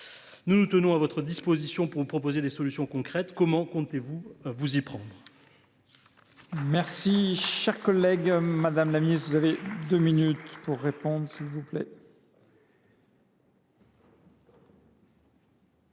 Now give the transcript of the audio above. Nous nous tenons à votre disposition pour vous proposer des solutions concrètes. Comment comptez vous vous y pendre ?